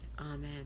Amen